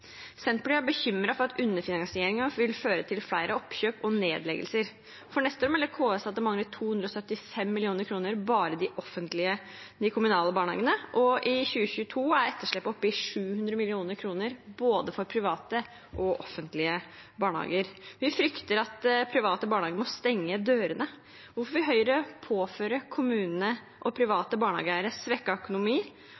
Senterpartiet er bekymret for at underfinansieringen vil føre til flere oppkjøp og nedleggelser. For neste år melder KS at det mangler 275 mill. kr bare i de kommunale barnehagene, og i 2022 er etterslepet oppe i 700 mill. kr for både private og offentlige barnehager. Vi frykter at de private barnehagene må stenge dørene. Hvorfor vil Høyre påføre kommunene og